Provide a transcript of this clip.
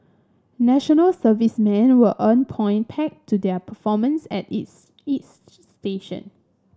National Servicemen will earn point pegged to their performance at is is station